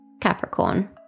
Capricorn